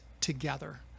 together